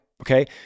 Okay